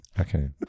okay